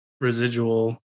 residual